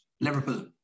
Liverpool